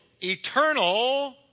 eternal